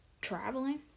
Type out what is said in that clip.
Traveling